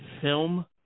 film